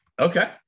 okay